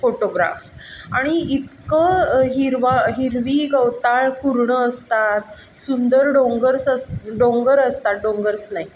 photographs आणि इतकं हिरवा हिरवी गवताळ पूर्ण असतात सुंदर डोंगर्स अस डोंगर असतात डोंगर्स नाही